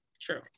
True